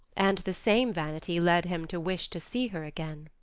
and the same vanity led him to wish to see her again.